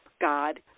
God